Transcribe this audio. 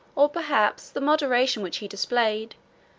or perhaps the moderation which he displayed,